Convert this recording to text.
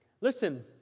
listen